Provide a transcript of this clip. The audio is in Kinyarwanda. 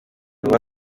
ruba